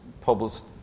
published